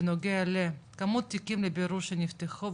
בנוגע לכמות תיקים לבירור שנפתחו,